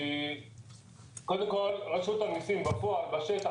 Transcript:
כי קודם כל רשות המסים בפועל בשטח,